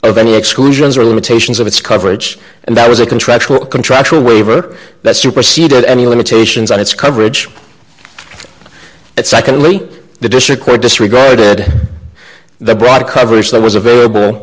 of any exclusions or limitations of its coverage and that was a contractual contractual waiver that superseded any limitations on its coverage but secondly the district court disregarded the broad coverage that was available